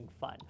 fun